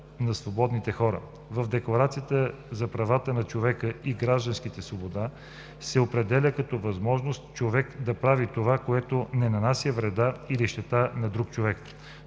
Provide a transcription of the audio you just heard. на свободните хора. В Декларацията за правата на човека и гражданина свободата се определя като възможност човек да прави това, което не нанася вреда или щета на друг човек.